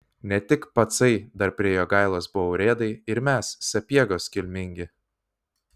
ne tik pacai dar prie jogailos buvo urėdai ir mes sapiegos kilmingi